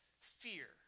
fear